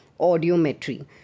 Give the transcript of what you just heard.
Audiometry